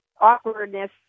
awkwardness